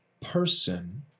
person